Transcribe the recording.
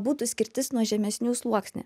būtų skirtis nuo žemesnių sluoksnių